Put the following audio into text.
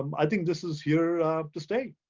um i think this is here to stay.